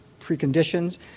preconditions